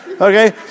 Okay